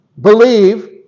Believe